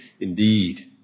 indeed